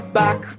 back